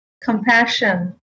compassion